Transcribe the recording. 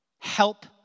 help